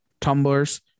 tumblers